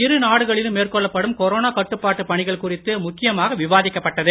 இரு நாடுகளிலும் மேற்கொள்ளப்படும் கொரோனா கட்டுப்பாட்டுப் பணிகள் குறித்து முக்கியமாக விவாதிக்கப் பட்டது